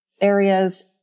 areas